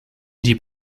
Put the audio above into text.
die